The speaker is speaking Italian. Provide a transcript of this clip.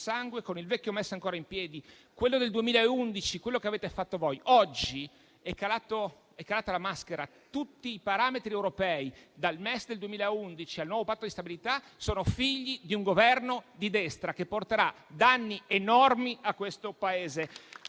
sangue e con il vecchio MES ancora in piedi, quello del 2011, quello che avete fatto voi. Oggi è calata la maschera: tutti i parametri europei, dal MES del 2011 al nuovo Patto di stabilità, sono figli di un Governo di destra, che porterà danni enormi a questo Paese.